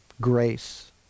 Grace